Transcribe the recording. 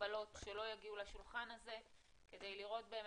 הגבלות שלא יגיעו לשולחן הזה כדי לראות את